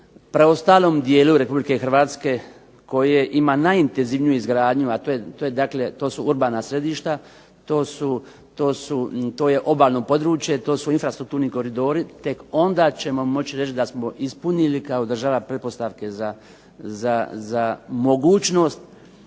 preostalom dijelu Republike Hrvatske koje ima najintenzivniju izgradnju, a to je dakle, to su urbana središta, to su, to je obalno područje, to su infrastrukturni koridori, tek onda ćemo moći reći da smo ispunili kao država pretpostavke za mogućnost